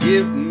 Give